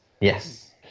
Yes